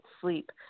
sleep